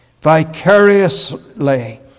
vicariously